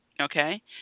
okay